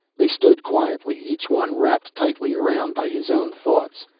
they stood quietly, each one wrapped tightly around by his own thoughts,